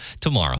tomorrow